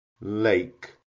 lake